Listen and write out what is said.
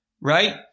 right